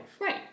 Right